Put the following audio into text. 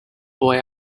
boy